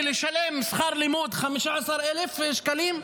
ולשלם שכר לימוד 15,000 שקלים?